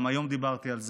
גם היום דיברתי על זה.